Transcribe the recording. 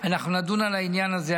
אנחנו נדון על העניין הזה.